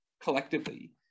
collectively